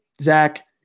Zach